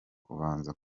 kubanza